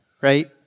right